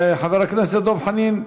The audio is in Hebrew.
חבר הכנסת דב חנין,